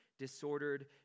disordered